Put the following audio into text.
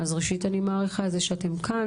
אז ראשית אני מעריכה את זה שאתם כאן,